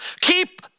keep